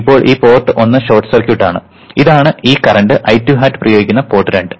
ഇപ്പോൾ ഈ പോർട്ട് ഒന്ന് ഷോർട്ട് സർക്യൂട്ടഡ് ആണ് ഇതാണ് ഈ കറണ്ട് I2 hat പ്രയോഗിക്കുന്ന പോർട്ട് രണ്ട്